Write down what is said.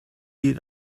eat